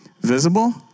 visible